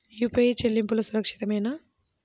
UPI చెల్లింపు సురక్షితమేనా?